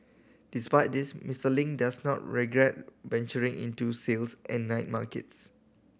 despite this Mister Ling does not regret venturing into sales at night markets